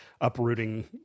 uprooting